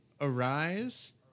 arise